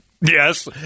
Yes